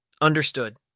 Understood